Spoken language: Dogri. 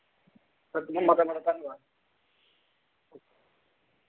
सर तुं'दा मता मता धन्नबाद